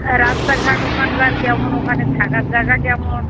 রাস্তাঘাট ওখানকার কেমন ওখানে থাকার জায়গা কেমন